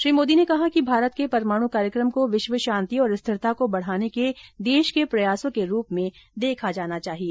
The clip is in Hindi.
श्री मोदी ने कहा कि भारत के परमाणु कार्यक्रम को विश्व शांति और स्थिरता को बढ़ाने के देश के प्रयासों के रूप में देखा जाना चाहिए